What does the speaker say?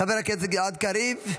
חבר הכנסת גלעד קריב,